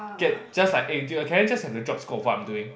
get just like eh can I just have the job scope of what I'm doing